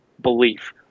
belief